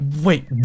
Wait